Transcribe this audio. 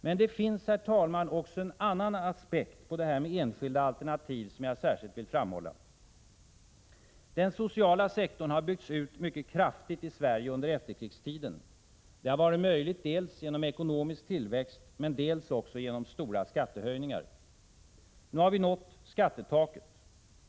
Men det finns, herr talman, också en annan aspekt på det här med enskilda alternativ som jag vill framhålla. Den sociala sektorn har byggts ut mycket kraftigt i Sverige under efterkrigstiden. Det har varit möjligt dels genom ekonomisk tillväxt, men dels också genom stora skattehöjningar. Nu har vi nått skattetaket.